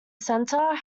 centre